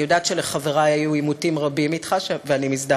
אני יודעת שלחברי היו עימותים רבים אתך שם,